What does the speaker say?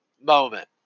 moment